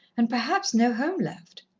and perhaps no home left.